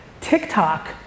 TikTok